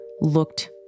looked